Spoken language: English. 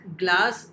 glass